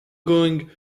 going